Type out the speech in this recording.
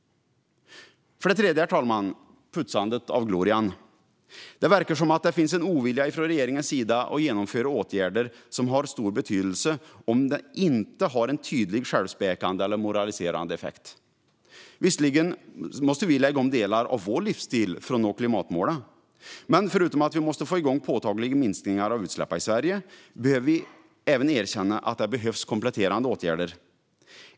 För det tredje vill jag ta upp putsandet av glorian. Det verkar som att det finns en ovilja från regeringens sida att genomföra åtgärder som har stor betydelse om de inte har en tydlig självspäkande eller moraliserande effekt. Visserligen måste vi lägga om delar av vår livsstil för att nå klimatmålen. Men förutom att vi måste få igång påtagliga minskningar av utsläppen i Sverige behöver vi erkänna att det behövs kompletterande åtgärder.